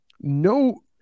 no